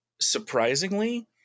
surprisingly